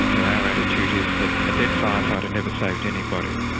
and our our attitude is that a dead firefighter never saved anybody,